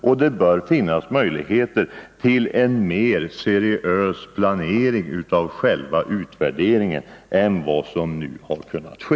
Det bör också finnas möjligheter till en mer seriös planering av själva utvärderingen än vad som nu har kunnat ske.